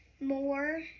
more